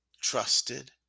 trusted